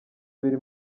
biri